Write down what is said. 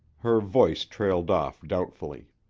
her voice trailed off doubtfully.